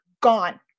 gone